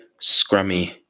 scrummy